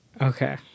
Okay